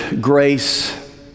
grace